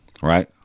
right